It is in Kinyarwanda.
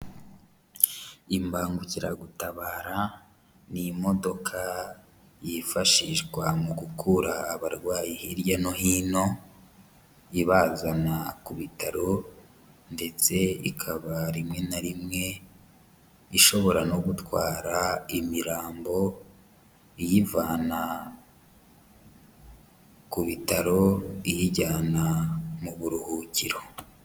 Imbangukiragutabara ni imodoka yifashishwa mu gukura abarwayi hirya no hino, ibazana ku bitaro ndetse ikaba rimwe na rimwe, ishobora no gutwara imirambo iyivana ku bitaro iyijyana mu buruhukiro.